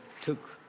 took